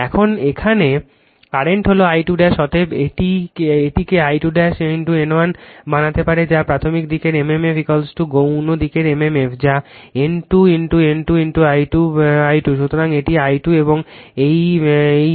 এবং এখানে কারেন্ট হল I2 অতএব এটিকে I2 N1 বানাতে পারে যা প্রাথমিক দিকের mmf গৌণ দিকের mmf যা N2 N2 I2 সুতরাং এটি I2 এবং এই N2 এ